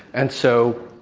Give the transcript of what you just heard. and so,